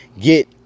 get